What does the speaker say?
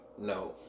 No